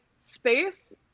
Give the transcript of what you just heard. space